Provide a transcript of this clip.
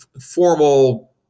formal